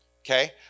Okay